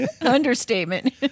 understatement